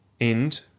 End